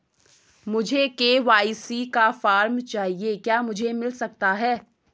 मुझे के.वाई.सी का फॉर्म चाहिए क्या मुझे मिल सकता है?